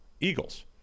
Eagles